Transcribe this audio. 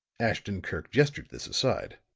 ashton-kirk gestured this aside.